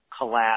collapse